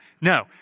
no